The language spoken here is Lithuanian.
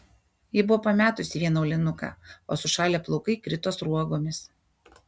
ji buvo pametusi vieną aulinuką o sušalę plaukai krito sruogomis